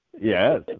yes